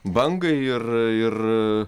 bangai ir ir